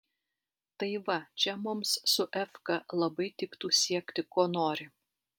tai va čia mums su efka labai tiktų siekti ko nori